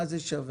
מה זה שווה?